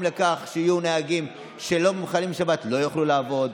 לכך שיהיו נהגים שלא מחללים שבת שלא יוכלו לעבוד,